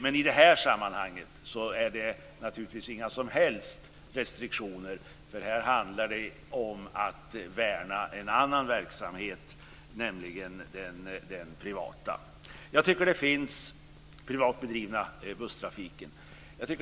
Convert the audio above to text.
Men i det här sammanhanget är det naturligtvis inga som helst restriktioner. Här handlar det om att värna en annan verksamhet, nämligen den privat bedrivna busstrafiken.